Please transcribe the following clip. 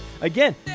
Again